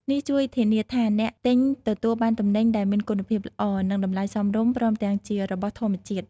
នេះជួយធានាថាអ្នកទិញទទួលបានទំនិញដែលមានគុណភាពល្អ និងតម្លៃសមរម្យ ព្រមទាំងជារបស់ធម្មជាតិ។